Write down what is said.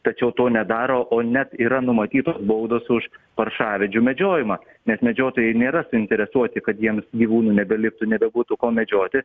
tačiau to nedaro o net yra numatytos baudos už paršavedžių medžiojimą nes medžiotojai nėra suinteresuoti kad jiems gyvūnų nebeliktų nebebūtų ko medžioti